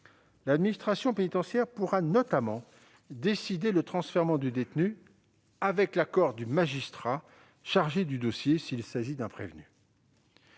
L'administration pénitentiaire pourra notamment décider le transfèrement du détenu, avec l'accord du magistrat chargé du dossier s'il s'agit d'un prévenu.